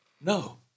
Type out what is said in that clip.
No